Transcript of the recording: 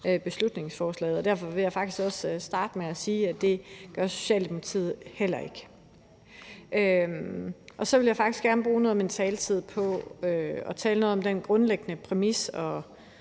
beslutningsforslaget. Derfor vil jeg faktisk også starte med at sige, at det gør Socialdemokratiet heller ikke. Og så vil jeg gerne bruge noget af min taletid på at tale om den grundlæggende præmis og